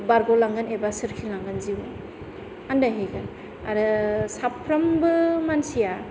बारग'लांगोन एबा सोरखिलांगोन जिउ आनदायहैगोन आरो साफ्रोमबो मानसिया